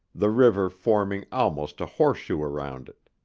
the river forming almost a horseshoe round it.